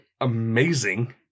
amazing